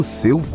seu